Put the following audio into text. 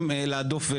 הבאתי.